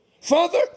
Father